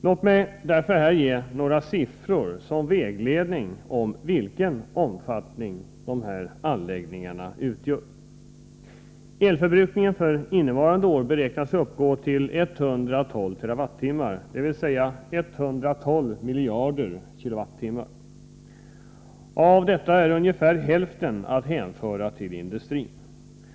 Låt mig här ge några siffror som vägledning när det gäller vilken omfattning dessa anläggningar har. Elförbrukningen för innevarande år beräknas uppgå till 112 TWh, dvs. 112 miljarder kWh. Av detta är ungefär hälften att hänföra till industrin.